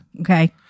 Okay